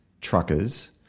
truckers